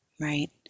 Right